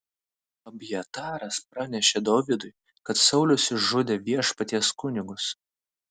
abjataras pranešė dovydui kad saulius išžudė viešpaties kunigus